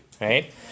right